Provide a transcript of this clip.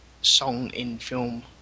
song-in-film